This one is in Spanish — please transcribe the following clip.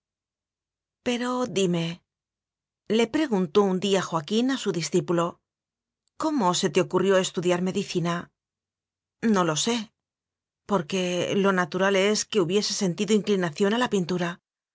pero dimele preguntó un día joaquín a su discípulocómo se te ocurrió estudiar medicina no lo sé porque lo natural es que hubieses sen tido inclinación a la pintura